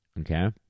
Okay